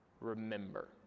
Remember